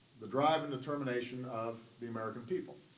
the drive and determination of the american people.